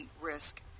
risk